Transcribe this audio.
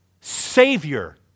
Savior